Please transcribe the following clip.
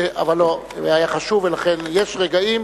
אבל לא, זה היה חשוב, ולכן יש רגעים